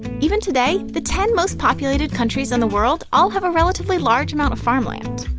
even today, the ten most populated countries in the world all have a relatively large amount of farmland.